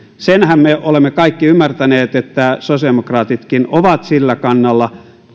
senhän me kaikki olemme ymmärtäneet että sosiaalidemokraatitkin ovat sillä kannalla